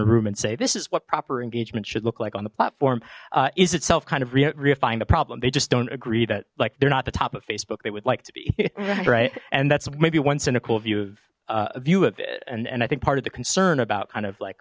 a room and say this is what proper engagement should look like on the platform is itself kind of reifying the problem they just don't agree that like they're not the top of facebook they would like to be right and that's maybe one cynical view of a view of it and and i think part of the concern about kind of like